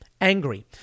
angry